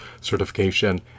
certification